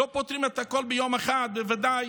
בוודאי